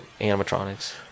animatronics